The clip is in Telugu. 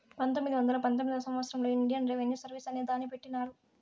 పంతొమ్మిది వందల పంతొమ్మిదివ సంవచ్చరంలో ఇండియన్ రెవిన్యూ సర్వీస్ అనే దాన్ని పెట్టినారు